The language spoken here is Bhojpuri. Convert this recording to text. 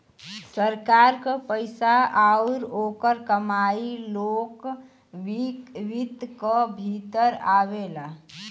सरकार क पइसा आउर ओकर कमाई लोक वित्त क भीतर आवेला